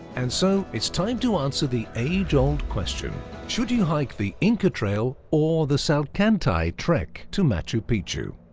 and so, it's time to answer the age old question should you hike the inca trail or the salkantay trek to machu picchu?